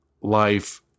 life